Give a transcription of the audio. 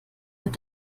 wird